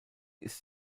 ist